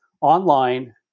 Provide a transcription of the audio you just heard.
online